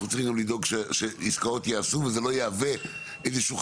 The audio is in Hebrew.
צריכים לדאוג שעסקאות תעשנה וזה לא יהווה חסם.